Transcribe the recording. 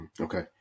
Okay